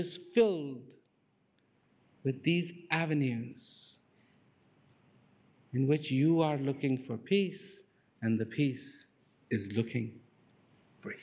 is filled with these avenues in which you are looking for peace and the peace is looking for